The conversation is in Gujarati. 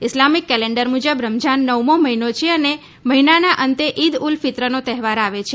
ઈસ્લામિક કેલેન્ડર મુજબ રમઝાન નવમો મહિનો છે અને મહિનાના અંતે ઈદ ઉલ ફિત્રનો તહેવાર આવે છે